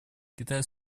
китай